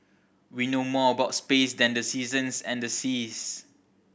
we know more about space than the seasons and the seas